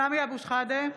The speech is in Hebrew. (קוראת בשמות חברי הכנסת) סמי אבו שחאדה,